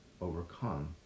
overcome